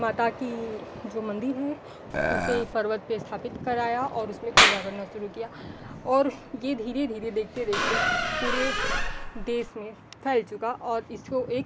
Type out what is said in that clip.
माता का जो मंदिर है उसे पर्वत पर स्थापित कराया और उसमें पूजा करना शुरू किया और यह धीरे धीरे देखते देखते पूरे देश में फैल चुका और इसको एक